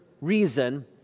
reason